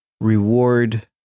reward